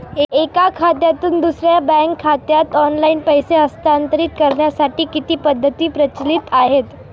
एका खात्यातून दुसऱ्या बँक खात्यात ऑनलाइन पैसे हस्तांतरित करण्यासाठी किती पद्धती प्रचलित आहेत?